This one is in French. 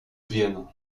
vienne